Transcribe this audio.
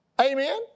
Amen